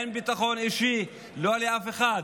אין ביטחון אישי לאף אחד.